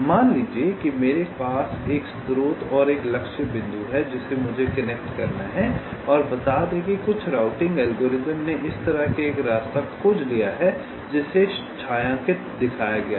मान लीजिए कि मेरे पास एक स्रोत और एक लक्ष्य बिंदु है जिसे मुझे कनेक्ट करना है और बता दें कि कुछ राउटिंग एल्गोरिथ्म ने इस तरह से एक रास्ता खोज लिया है जिसे छायांकित दिखाया गया है